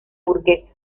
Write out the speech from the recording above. burguesa